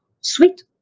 sweet